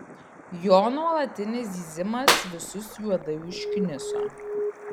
jo nuolatinis zyzimas visus juodai užkniso